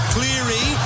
Cleary